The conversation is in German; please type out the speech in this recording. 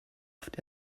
oft